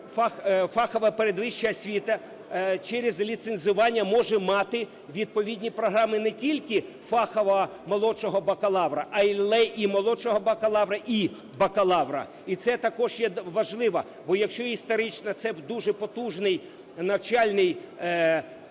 фахова передвища освіта через ліцензування може мати відповідні програми не тільки фахово молодшого бакалавра, але і молодшого бакалавра, і бакалавра, і це також є важливо. Бо якщо історично це дуже потужний навчальний заклад,